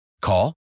Call